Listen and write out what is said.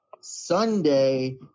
Sunday